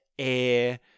air